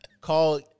Call